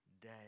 day